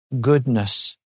goodness